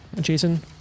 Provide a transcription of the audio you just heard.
jason